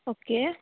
okay